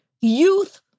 youth